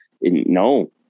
No